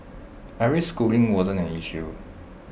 every schooling wasn't an issue